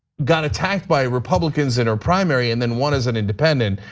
got attacked by republicans in her primary and then won as an independent.